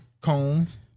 Combs